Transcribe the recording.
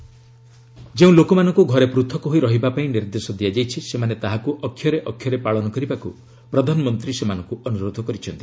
PM appeal ଯେଉଁ ଲୋକମାନଙ୍କୁ ଘରେ ପୃଥକ ହୋଇ ରହିବା ପାଇଁ ନିର୍ଦ୍ଦେଶ ଦିଆଯାଇଛି ସେମାନେ ତାହାକୁ ଅକ୍ଷରେ ଅକ୍ଷରେ ପାଳନ କରିବାକୁ ପ୍ରଧାନମନ୍ତ୍ରୀ ସେମାନଙ୍କୁ ଅନୁରୋଧ କରିଛନ୍ତି